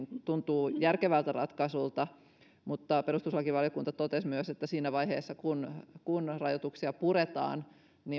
tuntuu järkevältä ratkaisulta mutta perustuslakivaliokunta totesi myös että siinä vaiheessa kun rajoituksia puretaan